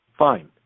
Fine